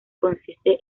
consiste